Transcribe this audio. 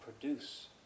produce